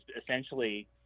essentially